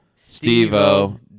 steve-o